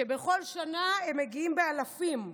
שבכל שנה הם מגיעים באלפים,